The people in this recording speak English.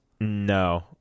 no